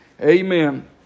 Amen